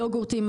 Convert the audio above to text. יוגורטים,